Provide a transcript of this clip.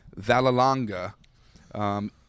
Valalanga